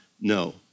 no